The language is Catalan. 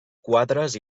quadres